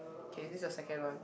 okay this is the second one